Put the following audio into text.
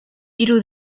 hiru